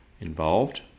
involved